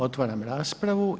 Otvaram raspravu.